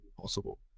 possible